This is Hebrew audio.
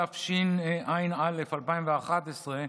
התשע"א 2011,